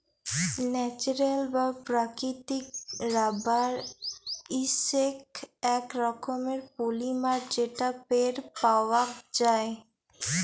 natural বা প্রাকৃতিক rubber হইসেক এক রকমের পলিমার যেটা পেড় পাওয়াক যায়